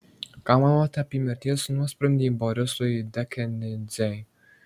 ką manote apie mirties nuosprendį borisui dekanidzei